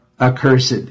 accursed